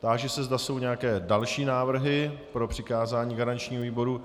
Táži se, zda jsou nějaké další návrhy pro přikázání garančnímu výboru.